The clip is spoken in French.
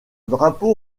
drapeau